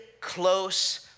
close